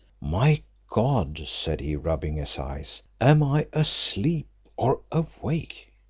my god! said he, rubbing his eyes, am i asleep or awake?